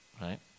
right